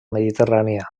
mediterrània